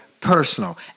personal